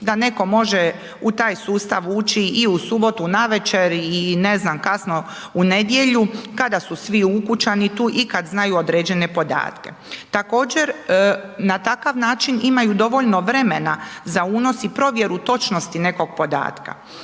da netko može u taj sustav ući i u subotu navečer i ne znam kasno u nedjelju kada su svi ukućani tu i kad znaju određene podatke. Također na takav način imaju dovoljno vremena za unos i provjeru točnosti nekog podatka.